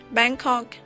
Bangkok